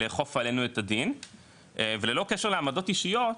לאכוף עלינו את הדין וללא קשר להעמדות אישיות,